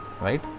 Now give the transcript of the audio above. right